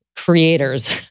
creators